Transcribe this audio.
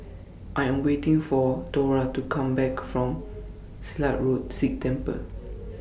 I Am waiting For Thora to Come Back from Silat Road Sikh Temple